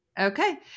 Okay